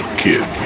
Kid